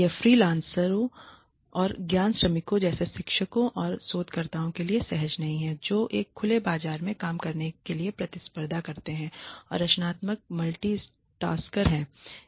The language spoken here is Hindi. यह फ्रीलांसरों और ज्ञान श्रमिकों जैसे शिक्षकों और शोधकर्ताओं के लिए सहज नहीं है जो एक खुले बाजार में काम करने के लिए प्रतिस्पर्धा करते हैं और रचनात्मक मल्टी टास्कर्स हैं